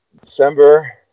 December